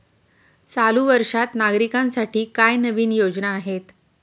चालू वर्षात नागरिकांसाठी काय नवीन योजना आहेत?